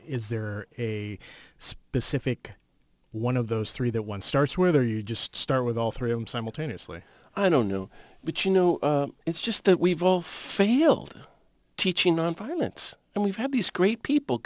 is there a specific one of those three that one starts where you just start with all three of them simultaneously i don't know but you know it's just that we've both failed teaching nonviolence and we've had these great people